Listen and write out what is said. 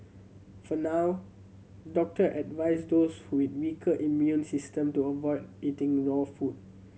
for now doctor advise those with weaker immune system to avoid eating raw food